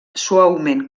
suaument